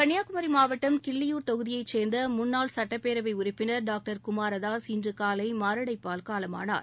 கன்னியாகுமரி மாவட்டம் கிள்ளியூர் தொகுதியை சேர்ந்த முன்னாள் சட்டப் பேரவை உறுப்பினர் டாக்டர் குமாரதாஸ் இன்று காலை மாரடைப்பால் காலமானார்